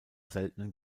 seltenen